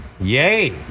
yay